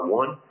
one